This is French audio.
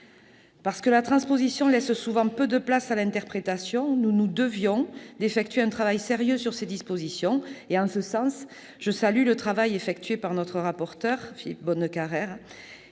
Parce que la transposition laisse souvent peu de place à l'interprétation, nous nous devions d'examiner sérieusement ces dispositions. À cet égard, je salue le travail effectué par notre rapporteur, Philippe Bonnecarrère,